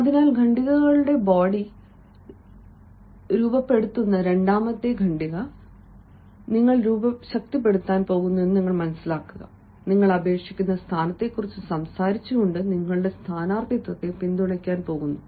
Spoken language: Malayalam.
അതിനാൽ ഖണ്ഡികയുടെ ബോഡി രൂപപ്പെടുത്തുന്ന രണ്ടാമത്തെ ഖണ്ഡിക നിങ്ങൾ ശക്തിപ്പെടുത്താൻ പോകുന്നു നിങ്ങൾ അപേക്ഷിക്കുന്ന സ്ഥാനത്തെക്കുറിച്ച് സംസാരിച്ചുകൊണ്ട് നിങ്ങളുടെ സ്ഥാനാർത്ഥിത്വത്തെ പിന്തുണയ്ക്കാൻ പോകുന്നു